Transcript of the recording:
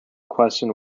question